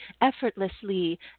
effortlessly